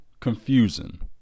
Confusing